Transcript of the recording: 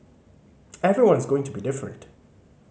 everyone is going to be different